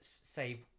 save